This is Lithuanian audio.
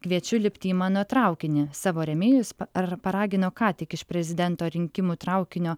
kviečiu lipti į mano traukinį savo rėmėjus ar paragino ką tik iš prezidento rinkimų traukinio